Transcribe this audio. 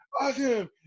awesome